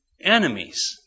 enemies